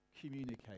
communicate